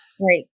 Right